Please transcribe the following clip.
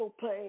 pain